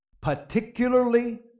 Particularly